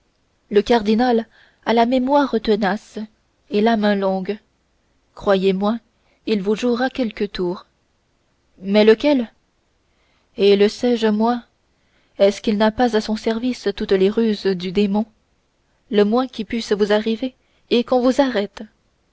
le cardinal a la mémoire tenace et la main longue croyez-moi il vous jouera quelque tour mais lequel eh le sais-je moi est-ce qu'il n'a pas à son service toutes les ruses du démon le moins qui puisse vous arriver est qu'on vous arrête